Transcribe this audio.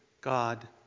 God